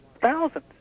Thousands